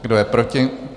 Kdo je proti?